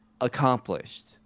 accomplished